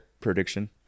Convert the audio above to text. prediction